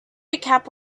recap